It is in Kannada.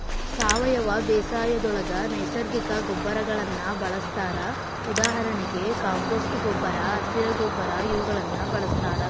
ಸಾವಯವ ಬೇಸಾಯದೊಳಗ ನೈಸರ್ಗಿಕ ಗೊಬ್ಬರಗಳನ್ನ ಬಳಸ್ತಾರ ಉದಾಹರಣೆಗೆ ಕಾಂಪೋಸ್ಟ್ ಗೊಬ್ಬರ, ಹಸಿರ ಗೊಬ್ಬರ ಇವುಗಳನ್ನ ಬಳಸ್ತಾರ